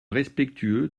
respectueux